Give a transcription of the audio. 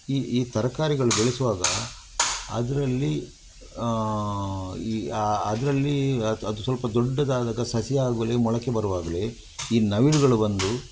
ಈ ಈ ತರಕಾರಿಗಳು ಬೆಳೆಸುವಾಗ ಅದರಲ್ಲಿ ಈ ಆ ಅದರಲ್ಲಿ ಅದು ಸ್ವಲ್ಪ ದೊಡ್ಡದಾಗಲಿ ಸಸಿ ಆಗಲಿ ಮೊಳಕೆ ಬರುವಾದಲೆ ಈ ನವಿಲುಗಳು ಬಂದು